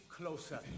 closer